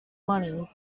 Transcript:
money